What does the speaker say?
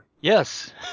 Yes